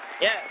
Yes